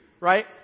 Right